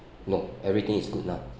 no everything is good now